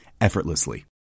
effortlessly